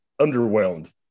underwhelmed